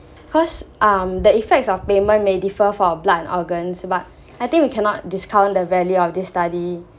cause um the effects of payment may differ for blood and organs but I think we cannot discount the value of this study